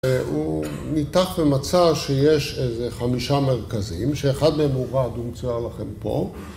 הוא ניתח ומצא שיש איזה חמישה מרכזים שאחד מהם הוא רד, הוא מצויר לכם פה